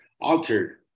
altered